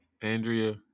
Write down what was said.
Andrea